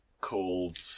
Called